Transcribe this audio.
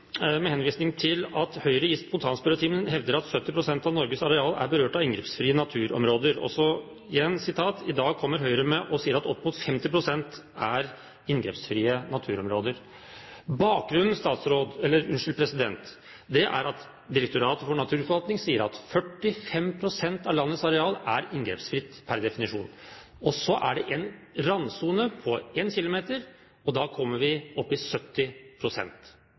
med henvisning til at Høyre i spontanspørretimen hevdet at 70 pst. av Norges areal er berørt av inngrepsfrie naturområder: «I dag kommer Høyre opp og sier at opptil 50 pst. av Norge er berørt av inngrepsfrie naturområder.» Bakgrunnen er at Direktoratet for naturforvaltning sier at 45 pst. av landets areal er inngrepsfritt, per definisjon. Så er det en randsone på 1 kilometer. Da kommer arealet opp i